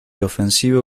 ofensivo